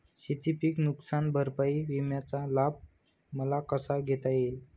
शेतीपीक नुकसान भरपाई विम्याचा लाभ मला कसा घेता येईल?